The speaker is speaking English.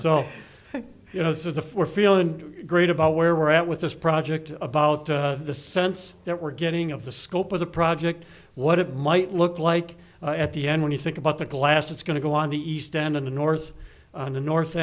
so you know this is a for feeling great about where we're at with this project about the sense that we're getting of the scope of the project what it might look like at the end when you think about the glass it's going to go on the east end of the north on the north